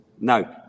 No